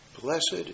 Blessed